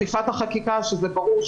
החקיקה, שזה ברור.